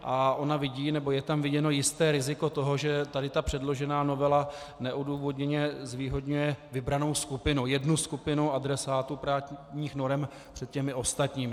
A ona vidí, nebo je tam viděno jisté riziko toho, že tady ta předložená novela neodůvodněně zvýhodňuje vybranou skupinu, jednu skupinu adresátů právních norem před těmi ostatními.